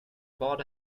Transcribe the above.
bad